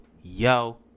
yo